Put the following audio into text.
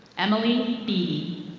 emily bee.